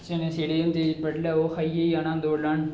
चने सेड़े दे होंदे बड्डले ओह् खाइयै जाना दौड़ लान